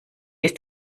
ist